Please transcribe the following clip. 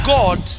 God